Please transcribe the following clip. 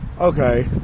okay